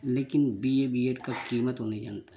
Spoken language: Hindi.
लेकिन बीए बीएड का कीमत वो नहीं जानता है